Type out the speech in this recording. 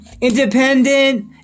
independent